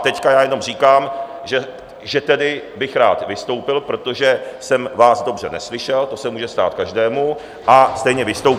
Teď jenom říkám, že tedy bych rád vystoupil, protože jsem vás dobře neslyšel, to se může stát každému, a stejně vystoupím.